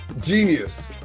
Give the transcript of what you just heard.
Genius